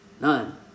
None